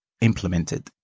implemented